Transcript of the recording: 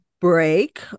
break